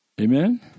Amen